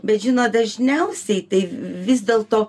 bet žino dažniausiai tai vis dėl to